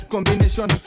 Combination